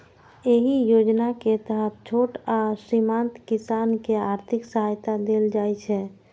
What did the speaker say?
एहि योजना के तहत छोट आ सीमांत किसान कें आर्थिक सहायता देल जाइ छै